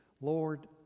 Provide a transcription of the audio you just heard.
Lord